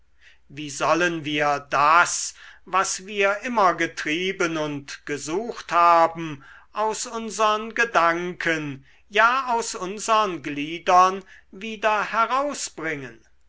wie sollen wir das was wir immer getrieben und gesucht haben aus unsern gedanken ja aus unsern gliedern wieder herausbringen